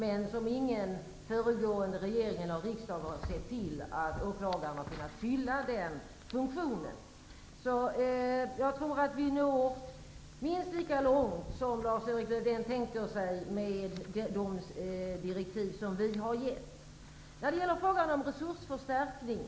Inte någon i föregående regering och inte heller något föregående riksmöte har dock sett till att åklagarna har kunnat fylla den funktionen. Jag tror att vi når minst lika långt som Lars-Erik Lövdén tänker sig med de direktiv som vi har gett. Vidare har vi frågan om resursförstärkning.